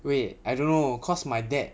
wait I don't know cause my dad